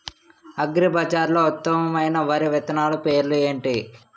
అగ్రిబజార్లో ఉత్తమమైన వరి విత్తనాలు పేర్లు ఏంటి?